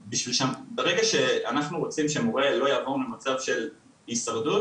ברגע שאנחנו רוצים שמורה לא יעבור למצב של הישרדות,